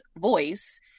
voice